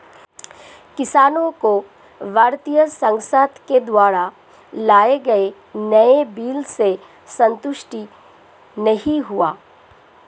किसानों को भारतीय संसद के द्वारा लाए गए नए बिल से संतुष्टि नहीं है